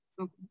Okay